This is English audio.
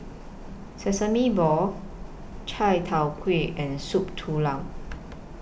Sesame Balls Chai Tow Kuay and Soup Tulang